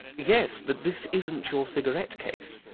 yes but this isn't your cigarette case.